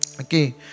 Okay